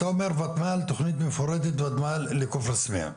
אתה אומר תכנית מפורטת ותמ"ל לסמיע,